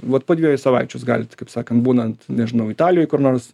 vat po dviejų savaičių jūs galit kaip sakant būnant nežinau italijoj kur nors